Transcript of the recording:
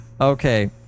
Okay